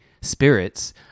spirits